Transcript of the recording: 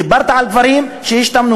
דיברת על דברים שהשתנו,